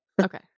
Okay